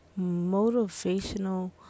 motivational